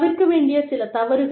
தவிர்க்க வேண்டிய சில தவறுகள்